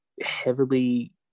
heavily